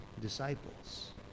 disciples